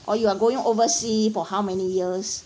or you are going oversea for how many years